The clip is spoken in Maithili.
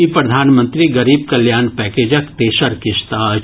ई प्रधानमंत्री गरीब कल्याण पैकेजक तेसर किस्त अछि